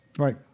Right